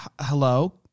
hello